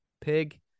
pig